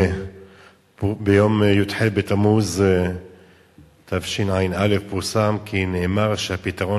ביום י"ח בתמוז תשע"א פורסם כי נאמר שהפתרון